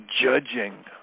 judging